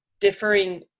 differing